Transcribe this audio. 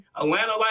Atlanta